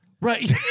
Right